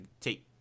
take